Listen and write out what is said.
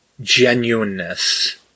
genuineness